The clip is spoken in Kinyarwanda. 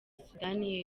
sudani